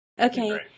Okay